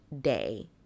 day